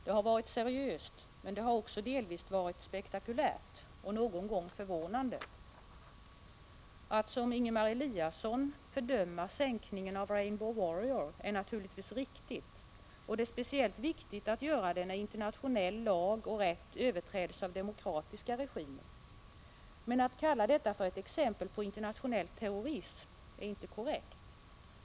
Det har varit seriöst, men också delvis spektakulärt och någon gång förvånande. Att som Ingemar Eliasson fördöma sänkningen av Rainbow Warrior är naturligtvis riktigt, och det är speciellt viktigt att göra det när internationell lag och rätt överträds av demokratiska regimer. Men att kalla detta för exempel på internationell terrorism är inte korrekt.